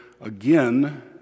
again